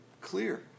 clear